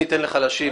אני אתן לך להשיב,